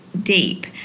deep